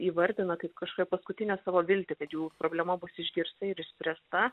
įvardina kaip kašokią paskutinę savo viltį kad jų problema bus išgirsta ir išspręsta